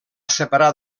separar